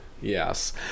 Yes